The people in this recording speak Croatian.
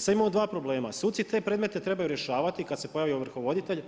Sada imamo dva problema, suci te predmete trebaju rješavati kada se pojavi ovrhovoditelj